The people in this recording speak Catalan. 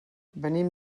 venim